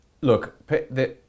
Look